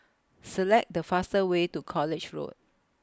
Select The fastest Way to College Road